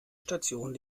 station